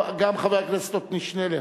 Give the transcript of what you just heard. גם חבר הכנסת עתני שנלר,